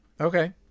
Okay